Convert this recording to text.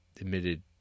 admitted